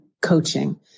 coaching